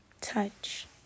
touch